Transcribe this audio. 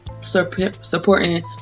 supporting